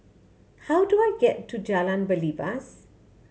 how do I get to Jalan Belibas